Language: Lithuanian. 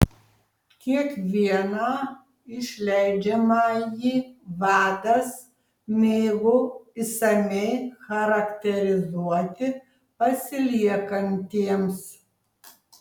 kiekvieną išleidžiamąjį vadas mėgo išsamiai charakterizuoti pasiliekantiems